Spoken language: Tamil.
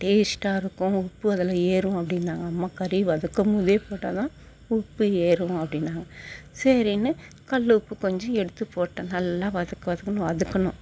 டேஸ்ட்டாக இருக்கும் உப்பு அதில் ஏறும் அப்படின்னாங்க அம்மா கறி வதக்கும்போதே போட்டால்தான் உப்பு ஏறும் அப்படின்னாங்க சரினு கல் உப்பு கொஞ்சம் எடுத்து போட்டேன் நல்லா வதக்கு வதக்குனு வதக்குனேன்